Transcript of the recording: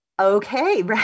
Okay